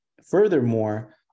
Furthermore